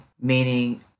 meaning